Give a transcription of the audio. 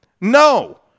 No